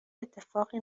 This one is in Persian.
اتفاقی